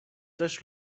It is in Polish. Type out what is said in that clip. też